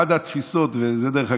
אחת התפיסות, וזה, דרך אגב,